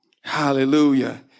Hallelujah